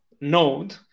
node